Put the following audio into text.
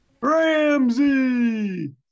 Ramsey